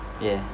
ya